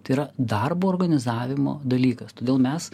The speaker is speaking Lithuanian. tai yra darbo organizavimo dalykas todėl mes